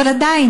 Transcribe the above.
אבל עדיין,